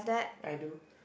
I do